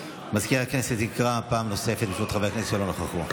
מזכיר הכנסת יקרא פעם נוספת בשמות חברי הכנסת שלא נכחו.